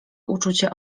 uczucie